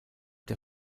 der